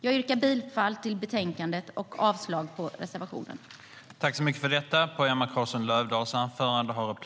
Jag yrkar bifall till förslaget i betänkandet och avslag på reservationerna.